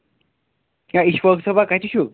کیٛاہ اِشفاق صٲبا کَتہِ چھِو